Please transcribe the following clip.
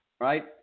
Right